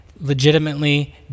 legitimately